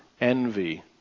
envy